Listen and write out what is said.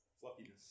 Fluffiness